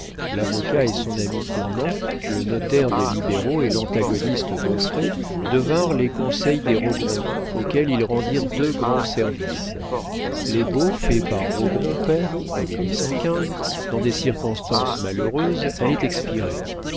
l'avocat et son ami cournant le notaire des libéraux et l'antagoniste d'auffray devinrent les conseils des rogron auxquels ils rendirent deux grands services les baux faits par rogron père en dans des circonstances malheureuses allaient expirer